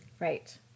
right